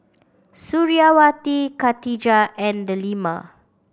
Suriawati Katijah and Delima